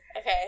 okay